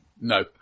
No